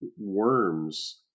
worms